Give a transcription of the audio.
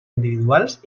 individuals